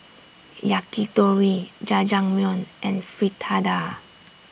Yakitori Jajangmyeon and Fritada